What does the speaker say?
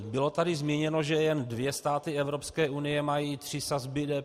Bylo tady zmíněno, že jen dva státy Evropské unie mají tři sazby DPH.